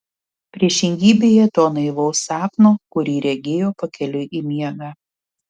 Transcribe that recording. priešingybėje to naivaus sapno kurį regėjo pakeliui į miegą